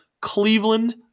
Cleveland